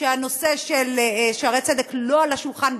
שהנושא של "שערי צדק" לא על השולחן בכלל,